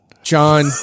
John